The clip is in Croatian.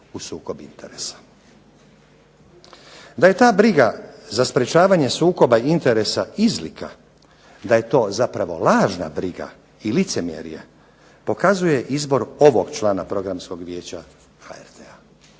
Da je ta briga za sprečavanje sukoba interesa izlika, da je to zapravo lažna briga i licemjerje pokazuje izbor ovog člana Programskog vijeća HRT-a